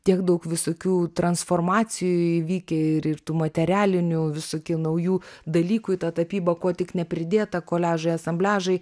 tiek daug visokių transformacijų įvykę ir tų materialinių visokių naujų dalykų į tą tapybą ko tik nepridėta koliažai asambliažai